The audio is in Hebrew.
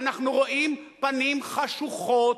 אנחנו רואים פנים חשוכות,